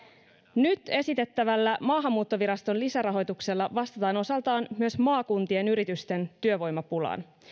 nyt esitettävällä maahanmuuttoviraston lisärahoituksella vastataan osaltaan myös maakuntien yritysten työvoimapulaan